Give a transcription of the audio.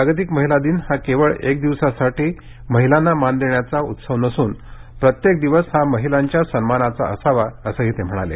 जागतिक महिला दिन हा केवळ एक दिवसासाठी महिलांना मान देण्याचा उत्सव नसून प्रत्येक दिवस हा महिलांच्या सन्मानाचा असावा असंही ते म्हणाले